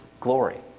glory